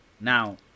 now